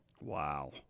Wow